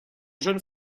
jeune